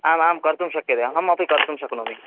आम् आं कर्तुं शक्यते अहमपि कर्तुं शक्नोमि